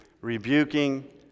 rebuking